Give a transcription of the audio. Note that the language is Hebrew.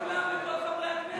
תסתום את הפה שלך כבר, תסתום את הפה.